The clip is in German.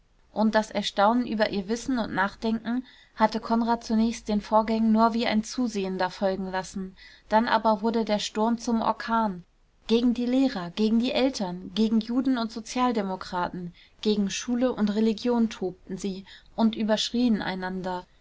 und das erstaunen über ihr wissen und nachdenken hatte konrad zunächst den vorgängen nur wie ein zusehender folgen lassen dann aber wurde der sturm zum orkan gegen die lehrer gegen die eltern gegen juden und sozialdemokraten gegen schule und religion tobten sie und überschrien einander